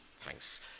Thanks